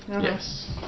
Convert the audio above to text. Yes